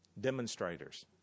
demonstrators